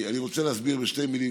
אני רוצה להסביר בשתי מילים,